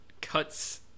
cuts